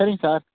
சரிங்க சார்